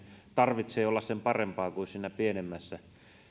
tarvitsee olla sen parempaa kuin siinä pienemmässä